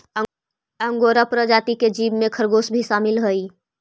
angora प्रजाति के जीव में खरगोश भी शामिल हई